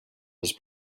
his